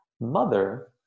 mother